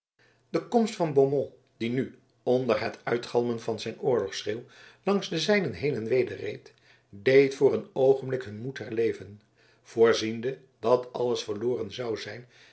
de komst van beaumont die nu onder het uitgalmen van zijn oorlogsschreeuw langs de zijnen heen en weder reed deed voor een oogenblik hun moed herleven voorziende dat alles verloren zou zijn